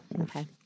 Okay